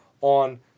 on